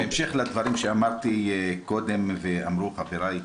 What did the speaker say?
בהמשך לדברים שאמרתי קודם, ואמרו חבריי